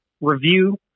review